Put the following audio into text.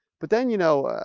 but then you know,